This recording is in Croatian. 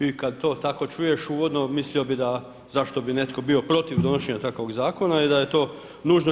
I kad to tako čuješ uvodno, mislio bi da zašto bi netko protiv donošenja takvog zakona i da je to nužno RH.